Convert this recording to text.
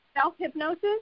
self-hypnosis